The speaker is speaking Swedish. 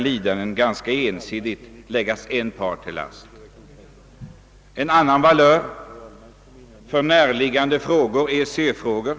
Man har en annan valör för näraliggande frågor såsom EEC-frågan.